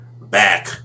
back